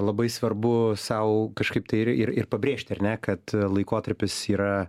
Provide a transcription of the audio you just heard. labai svarbu sau kažkaip tai ir ir ir pabrėžti ar ne kad laikotarpis yra